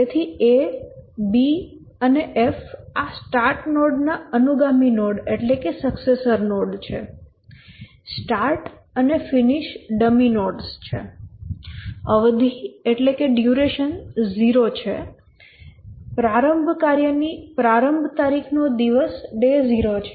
તેથી A B અને F આ સ્ટાર્ટ નોડ ના અનુગામી નોડ છે સ્ટાર્ટ અને ફિનિશ ડમી નોડ્સ છે અવધિ 0 છે પ્રારંભ કાર્યની પ્રારંભ તારીખનો દિવસ 0 છે